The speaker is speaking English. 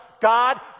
God